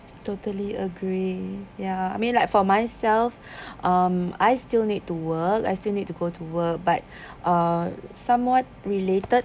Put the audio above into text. totally agree ya I mean like for myself um I still need to work I still need to go to work but uh somewhat related